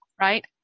right